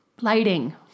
Lighting